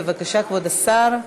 בבקשה, כבוד השר.